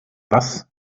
was